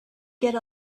get